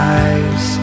eyes